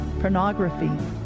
pornography